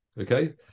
Okay